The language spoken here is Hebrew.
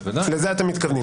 לזה אתם מתכוונים?